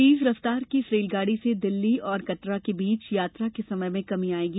तेज रफ्तार की इस रेलागाड़ी से दिल्ली और कटरा के बीच यात्रा समय में कमी आयेगी